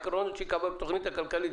עקרונות שהיא קבעה בתוכנית הכלכלית,